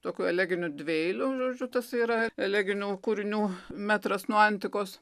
tokiu eleginiu dvieiliu žodžiu tasai yra religinių kūrinių metras nuo antikos